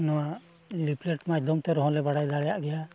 ᱱᱚᱣᱟ ᱞᱤᱯᱷᱞᱮᱴ ᱢᱟᱭᱫᱷᱚᱢ ᱛᱮ ᱨᱮᱦᱚᱸᱞᱮ ᱵᱟᱲᱟᱭ ᱫᱟᱲᱮᱭᱟᱜ ᱜᱮᱭᱟ